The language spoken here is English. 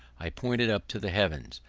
i pointed up to the heavens.